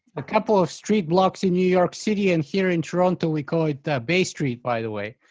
a couple of street blocks in new york city and here in toronto we call it bay street by the way.